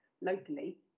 locally